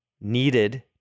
needed